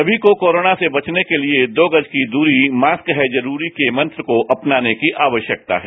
सभी को कोरोना से बचने के लिए छ गज की दूरी मास्क है जरूरीश के मंत्र को अपनाने की आवश्कर्यता है